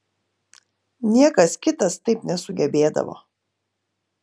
niekas kitas taip nesugebėdavo